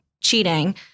cheating